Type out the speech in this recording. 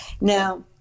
now